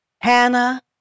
Hannah